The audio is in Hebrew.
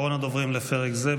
אחרון הדוברים לפרק זה.